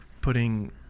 putting